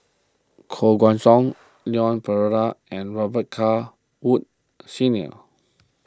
Koh Guan Song Leon Perera and Robet Carr Woods Senior